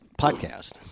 podcast